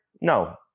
No